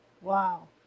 Wow